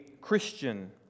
Christian